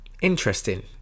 interesting